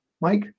Mike